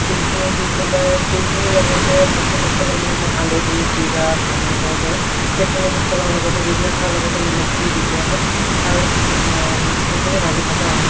তিলখিনি দি পেলাই তিলখিনিৰ লগতে বাকী মছলা যেনেকে হালধি জিৰা ধনীয়া পাউদাৰ সেইখিনি মছলাও লগতে দি দিয়া হয় আৰু লগতে নিমখটোও দি দিয়া হয় আৰু সেইখিনি ভাজি থকা হয়